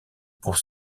pour